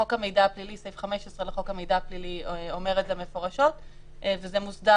סעיף 15 לחוק המידע הפלילי אומר את זה מפורשות וזה מוסדר